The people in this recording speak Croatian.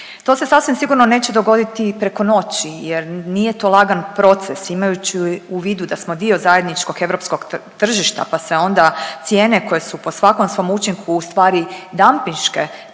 To se sasvim sigurno neće dogoditi preko noći jer nije to lagan proces imajući u vidu da smo dio zajedničkog europskog tržišta pa se onda cijene koje su po svakom svom učinku ustvari dampinške